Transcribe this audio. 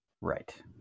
right